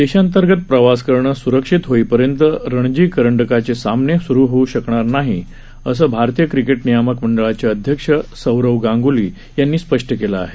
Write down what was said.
देशांतर्गत प्रवास करणे स्रक्षित होईपर्यंत रणजी करंडकाचे सामने स्रू होऊ शकणार नाही असं भारतीय क्रिकेट नियामक मंडळाचे अध्यक्ष सौरव गांग्ली यांनी स्पष्ट केलं आहे